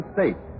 State